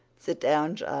sit down,